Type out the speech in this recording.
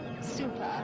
Super